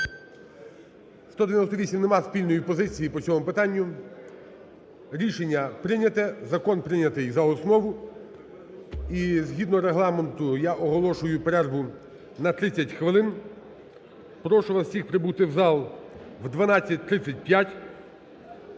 І згідно Регламенту я оголошую перерву на 30 хвилин. Прошу вас всіх прибути в зал о 12:35.